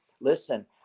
listen